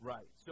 Right